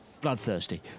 bloodthirsty